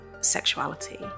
sexuality